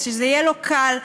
וזה יהיה לו קל,